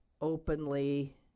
openly